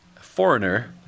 foreigner